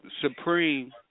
supreme